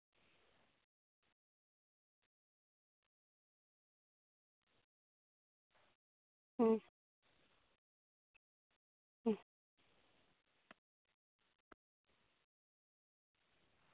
ᱦᱩᱸ ᱦᱩᱸ